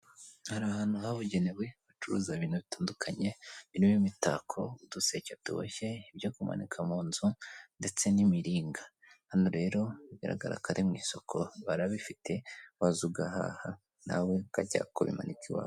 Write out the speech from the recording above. Hari ahantu habugenewe bacuruza ibintu bitandukanye, ibintu birimo imitako uduseke tuboshye ibyo kumanika mu nzu, ndetse n'imiringa, hano rero bigaragara ko ari mu isoko barabifite waza ugahaha nawe ukajya kubimanika iwawe.